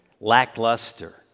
Lackluster